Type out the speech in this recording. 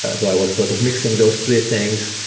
ah so i was sort of mixing those three things,